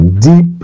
deep